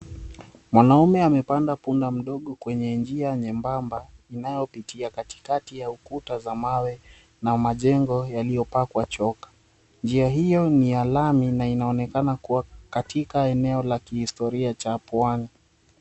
Mwanaume amepanda punda mdogo kwenye njia nyembamba inayopitia katikati ya ukuta za mawe na majengo waliyopakwa choka. Njia hiyo ni ya lami na inaonekana kuwa katika eneo la kihistoria cha pwani.